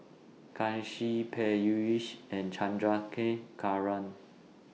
Kanshi Peyush and Chandrasekaran